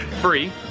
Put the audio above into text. free